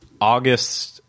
August –